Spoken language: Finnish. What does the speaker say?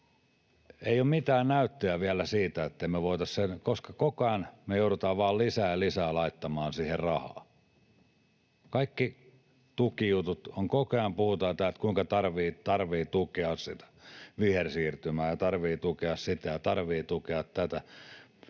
ei ole mitään näyttöjä vielä siitä, että me voitaisiin sen, koska koko ajan me joudutaan vain lisää, lisää laittamaan siihen rahaa. Kaikki tukijutut — koko ajan puhutaan täällä, kuinka tarvitsee tukea sitä vihersiirtymää ja tarvitsee tukea sitä ja tarvitsee tukea tätä.